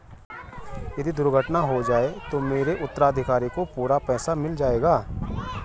यदि दुर्घटना हो जाये तो मेरे उत्तराधिकारी को पूरा पैसा मिल जाएगा?